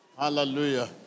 Hallelujah